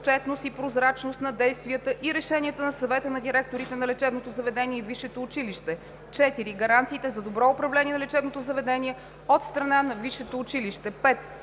отчетност и прозрачност на действията и решенията на Съвета на директорите на лечебното заведение и висшето училище; 4. гаранциите за добро управление на лечебното заведение от страна на висшето училище; 5.